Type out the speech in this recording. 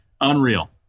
unreal